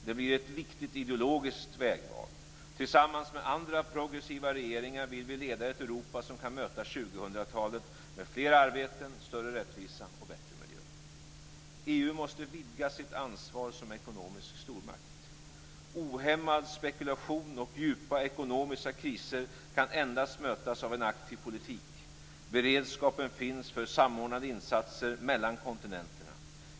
Det blir ett viktigt ideologiskt vägval. Tillsammans med andra progressiva regeringar vill vi leda ett Europa som kan möta 2000-talet med flera arbeten, större rättvisa och bättre miljö. EU måste vidga sitt ansvar som ekonomisk stormakt. Ohämmad spekulation och djupa ekonomiska kriser kan endast mötas av en aktiv politik. Beredskapen finns för samordnade insatser mellan kontinenterna.